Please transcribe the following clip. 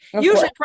Usually